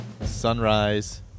sunrise